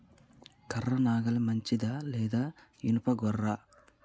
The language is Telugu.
కర్ర నాగలి మంచిదా లేదా? ఇనుప గొర్ర?